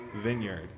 vineyard